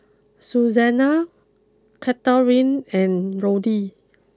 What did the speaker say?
Susana Catharine and Roddy